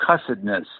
cussedness